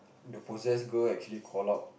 the possessed girl actually call out